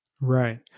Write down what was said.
Right